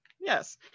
Yes